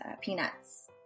peanuts